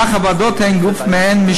אך הוועדות הן גוף מעין-שיפוטי,